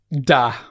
da